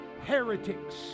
heretics